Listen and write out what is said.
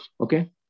Okay